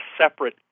separate